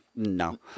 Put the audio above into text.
No